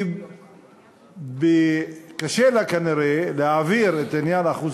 כי קשה לה כנראה להעביר את עניין אחוז